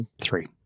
Three